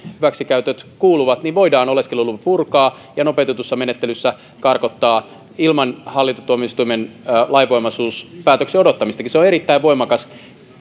hyväksikäytöt kuuluvat voidaan oleskelulupa purkaa ja nopeutetussa menettelyssä karkottaa ilman hallintotuomioistuimen lainvoimaisuuspäätöksen odottamistakin se on erittäin voimakas